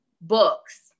books